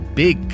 big